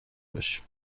باشیم